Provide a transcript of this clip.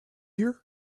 here